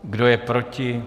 Kdo je proti?